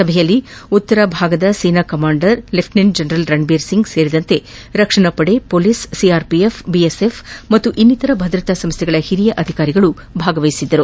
ಸಭೆಯಲ್ಲಿ ಉತ್ತರ ಭಾಗದ ಸೇನಾ commander lieutenant general Ranbir Singh ಸೇರಿದಂತೆ ರಕ್ಷಣಾಪಡೆ ಪೊಲೀಸ್ ಸಿಆರ್ಪಿಎಫ್ ಬಿಎಸ್ಎಫ್ ಹಾಗೂ ಇನ್ನಿತರ ಭದ್ರತಾ ಸಂಸ್ಥೆಗಳ ಹಿರಿಯ ಅಧಿಕಾರಿಗಳು ಪಾಲ್ಗೊಂಡಿದ್ದರು